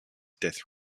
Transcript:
death